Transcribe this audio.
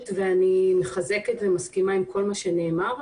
ואני מחזקת ומסכימה עם כל מה שנאמר.